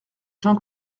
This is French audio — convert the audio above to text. jean